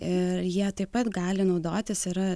ir jie taip pat gali naudotis yra